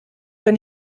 wenn